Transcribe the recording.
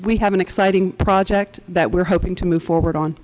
we have an exciting project that we're hoping to move forward on